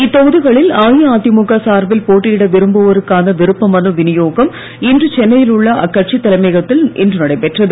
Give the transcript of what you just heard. இத்தொகுதிகளில் அஇஅதிமுக சார்பில் போட்டியிட விரும்புவோருக்கான விருப்பமனு வினியோகம் இன்று சென்னையில் உள்ள அக்கட்சித் தலைமையகத்தில் இன்று நடைபெற்றது